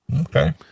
Okay